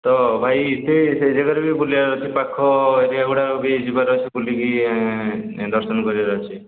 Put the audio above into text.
ତ ଭାଇ ସେ ସେ ଜାଗାରେ ବି ବୁଲିବାର ଆଛି ପାଖ ଏରିଆ ଗୁଡ଼ାକ ବି ଯିବାର ଅଛି ବୁଲିକି ଦର୍ଶନ କରିବାର ଅଛି